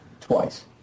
twice